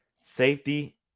Safety